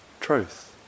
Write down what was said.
truth